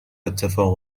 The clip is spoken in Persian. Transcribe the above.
اتفاق